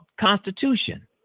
constitution